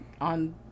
on